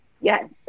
Yes